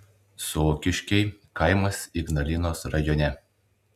sokiškiai kaimas ignalinos rajone